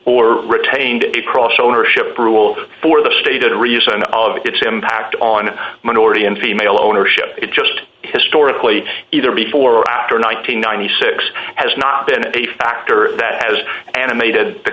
or retained the process ownership rules for the stated reason of its impact on minority and female ownership it just historically either before or after nine hundred and ninety six has not been a factor that has animated the